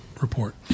report